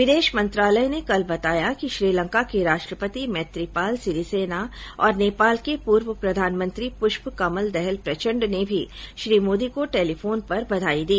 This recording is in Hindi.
विदेश मंत्रालय ने कल बताया कि श्रीलंका के राष्ट्रपति मैत्रीपाल सिरीसेना और नेपाल के पूर्व प्रधानमंत्री पुष्प कमल दहल प्रचंड ने भी श्री मोदी को टेलीफोन पर बधाई दी